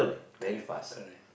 correct correct